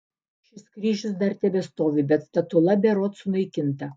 šis kryžius dar tebestovi bet statula berods sunaikinta